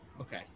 okay